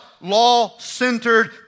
law-centered